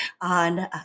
on